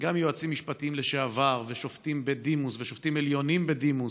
גם יועצים משפטיים לשעבר ושופטים בדימוס ושופטים עליונים בדימוס,